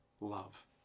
love